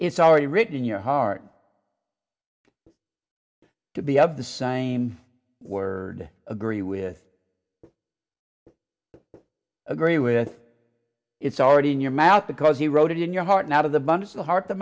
it's already written in your heart to be of the same word agree with agree with it's already in your mouth because he wrote it in your heart and out of the bundle of the heart the